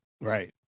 right